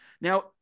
Now